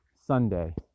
Sunday